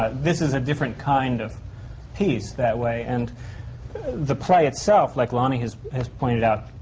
this is a different kind of piece that way, and the play itself, like lonny has has pointed out,